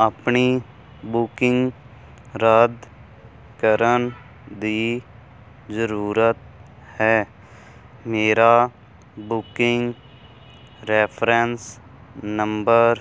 ਆਪਣੀ ਬੁਕਿੰਗ ਰੱਦ ਕਰਨ ਦੀ ਜ਼ਰੂਰਤ ਹੈ ਮੇਰਾ ਬੁਕਿੰਗ ਰੈਫਰੈਂਸ ਨੰਬਰ